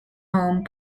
home